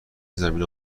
زمینه